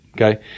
Okay